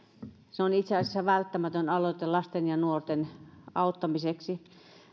se on itse asiassa välttämätön aloite lasten ja nuorten auttamiseksi